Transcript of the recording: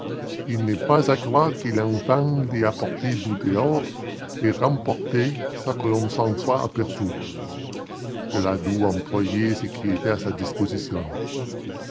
il n'est pas à croire que l'enfant l'ait apportée du dehors et remportée sans que l'on s'en soit aperçu il a dû employer ce qui était à sa disposition